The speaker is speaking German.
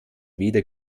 weder